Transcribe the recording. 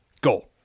Go